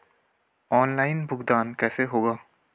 Online भुगतान कैसे होगा?